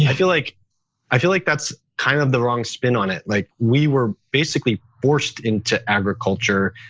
i feel like i feel like that's kind of the wrong spin on it. like we were basically forced into agriculture.